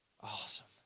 Awesome